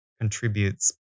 contributes